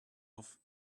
off